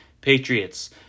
Patriots